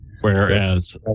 whereas